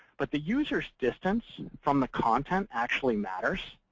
but the user's distance from the content actually matters.